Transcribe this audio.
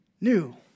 new